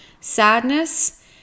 sadness